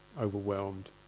overwhelmed